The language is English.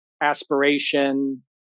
aspiration